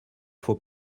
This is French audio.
faut